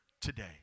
today